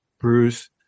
Bruce